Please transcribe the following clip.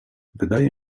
wydaje